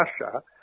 Russia